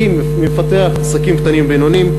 מקים ומפתח עסקים קטנים ובינוניים,